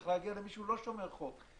צריך להגיע למי שלא שומר חוק.